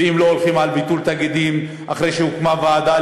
ואם לא הולכים לביטול תאגידים אחרי שתוקם הוועדה,